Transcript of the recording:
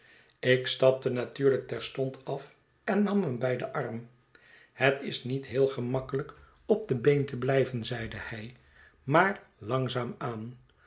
ik stapte natuurlijk terstond af en nam hem bij den arm het is niet heel gemakkelijk op de been te blijven zeide hij maar langzaam aan